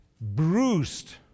bruised